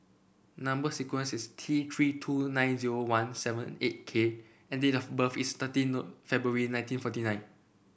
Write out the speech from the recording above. number sequence is T Three two nine zero one seven eight K and date of birth is thirteen No February nineteen forty nine